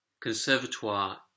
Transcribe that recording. conservatoire